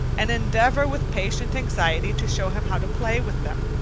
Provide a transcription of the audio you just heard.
and endeavor with patient anxiety to show him how to play with them.